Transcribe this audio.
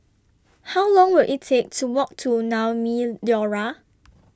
How Long Will IT Take to Walk to Naumi Liora